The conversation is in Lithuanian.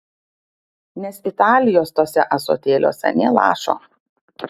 nes italijos tuose ąsotėliuose nė lašo